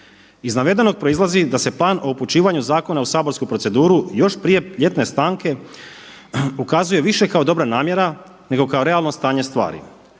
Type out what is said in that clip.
Iz navedenog proizlazi da se plan o upućivanju zakona u saborsku proceduru još prije ljetne stanke ukazuje više kao dobra namjera nego kao realno stanje stvari.